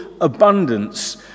abundance